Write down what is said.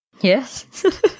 Yes